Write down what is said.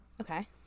Okay